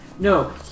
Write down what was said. No